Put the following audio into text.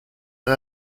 and